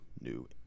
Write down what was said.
new